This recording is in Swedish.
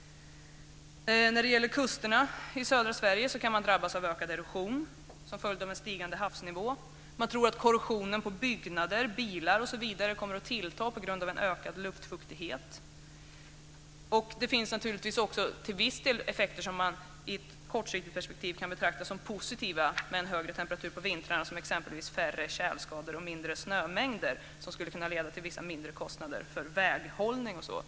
Kusterna i södra Sverige kan drabbas av ökad erosion som följd av en stigande havsnivå. Man tror att korrosionen på byggnader, bilar osv. kommer att tillta på grund av en ökad luftfuktighet. Det finns naturligtvis också effekter som man i ett kortsiktigt perspektiv kan betrakta som positiva. En högre temperatur på vintrarna ger exempelvis färre tjälskador och mindre snömängder, som t.ex. skulle kunna leda till mindre kostnader för väghållning.